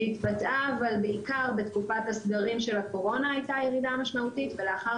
שהתבטאה בעיקר בתקופת הסגרים של הקורונה הייתה ירידה משמעותית ולאחר